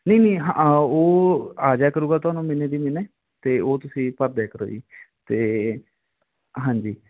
ਨਹੀਂ ਨਹੀਂ ਹਾਂ ਉਹ ਆ ਜਾਇਆ ਕਰੂਗਾ ਤੁਹਾਨੂੰ ਮਹੀਨੇ ਦੀ ਮਹੀਨੇ ਅਤੇ ਉਹ ਤੁਸੀਂ ਪਰ ਦੇਖ ਲਓ ਜੀ ਅਤੇ ਹਾਂਜੀ